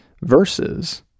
verses